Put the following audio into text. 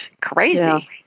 crazy